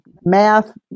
Math